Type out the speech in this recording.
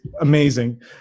amazing